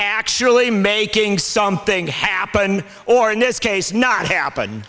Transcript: actually making something happen or in this case not happen